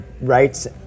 rights